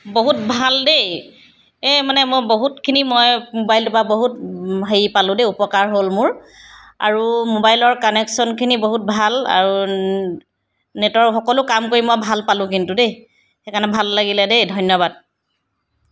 বহুত ভাল দেই এই মানে মই বহুতখিনি মই মোবাইলটোৰ পৰা বহুত হেৰি পালোঁ দেই উপকাৰ হ'ল মোৰ আৰু মোবাইলৰ কানেকশ্যনখিনি বহুত ভাল আৰু নেটৰ সকলো কাম কৰি মই ভাল পালোঁ কিন্তু দেই সেইকাৰণে ভাল লাগিলে দেই ধন্যবাদ